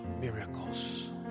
miracles